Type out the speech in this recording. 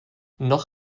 noch